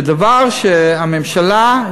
שדבר שהממשלה,